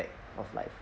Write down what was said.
aspect of life